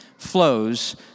flows